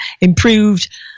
improved